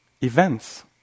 events